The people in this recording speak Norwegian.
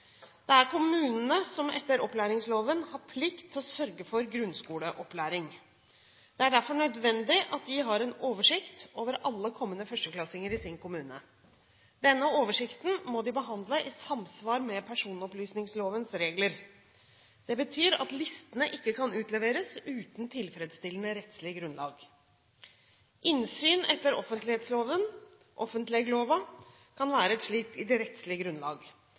Det er kommunene som etter opplæringsloven har plikt til å sørge for grunnskoleopplæring. Det er derfor nødvendig at de har en oversikt over alle kommende førsteklassinger i sin kommune. Denne oversikten må de behandle i samsvar med personopplysningslovens regler. Det betyr at listene ikke kan utleveres uten tilfredsstillende rettslig grunnlag. Innsynsrett etter offentleglova kan være et slikt rettslig grunnlag. Dokumenter i